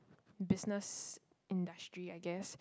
business industry I guess